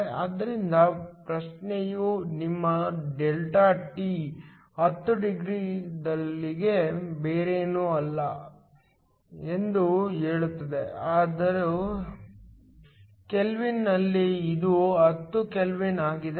ಆದ್ದರಿಂದ ಪ್ರಶ್ನೆಯು ನಿಮ್ಮ Δt 10 ಡಿಗ್ರಿಗಳಲ್ಲದೆ ಬೇರೇನೂ ಅಲ್ಲ ಎಂದು ಹೇಳುತ್ತದೆ ಆದ್ದರಿಂದ ಕೆಲ್ವಿನ್ನಲ್ಲಿ ಇದು 10 ಕೆಲ್ವಿನ್ ಆಗಿದೆ